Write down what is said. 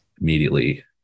immediately